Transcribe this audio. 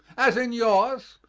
as in yours,